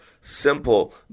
simple